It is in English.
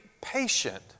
patient